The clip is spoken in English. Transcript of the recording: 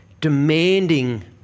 Demanding